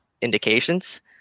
indications